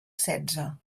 setze